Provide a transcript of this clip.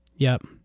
yup,